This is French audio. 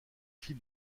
fil